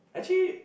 actually